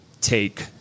take